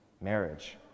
marriage